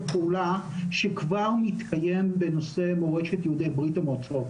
פעולה שכבר מתקיים בנושא מורשת יהודי ברית המועצות,